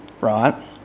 right